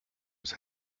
was